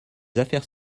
affaires